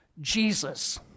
Jesus